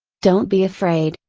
don't be afraid.